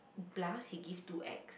plus he give two X